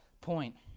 point